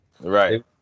Right